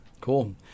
cool